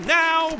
now